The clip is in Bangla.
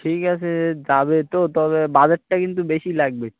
ঠিক আসে যাবে তো তবে বাজেটটা কিন্তু বেশি লাগবে